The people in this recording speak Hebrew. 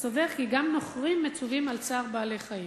הסובר כי גם נוכרים מצווים על צער בעלי-חיים.